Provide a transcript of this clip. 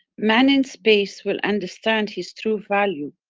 man in space will understand his true value,